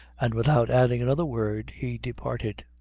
and without adding another word he departed.